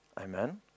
Amen